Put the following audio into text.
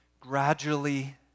gradually